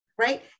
Right